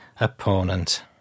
opponent